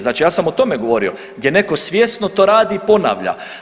Znači ja sam o tome govorio, gdje netko svjesno to radi i ponavlja.